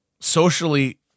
socially